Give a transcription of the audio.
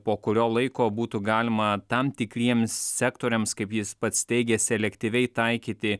po kurio laiko būtų galima tam tikriems sektoriams kaip jis pats teigė selektyviai taikyti